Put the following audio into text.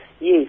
yes